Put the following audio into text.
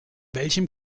welchem